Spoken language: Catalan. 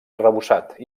arrebossat